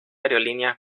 aerolínea